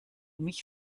mich